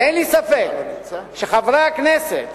ואין לי ספק שחברי הכנסת